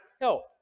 help